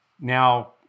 now